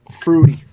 Fruity